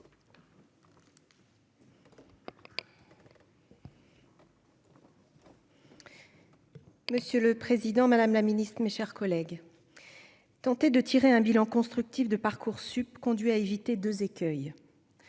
Monsieur le Président, Madame la Ministre, mes chers collègues, tenter de tirer un bilan constructif de Parcoursup conduit à éviter 2 écueils,